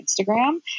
Instagram